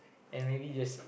and really just